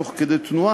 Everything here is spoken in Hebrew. תוך כדי תנועה,